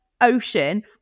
ocean